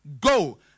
Go